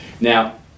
Now